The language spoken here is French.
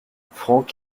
franck